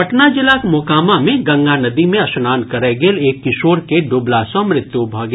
पटना जिलाक मोकामा मे गंगा नदी मे स्नान करय गेल एक किशोर के डूबला सँ मृत्यु भऽ गेल